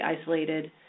isolated